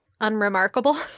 unremarkable